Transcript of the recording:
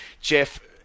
Jeff